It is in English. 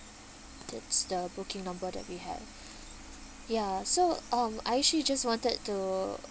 that's the booking number that we have ya so um I actually just wanted to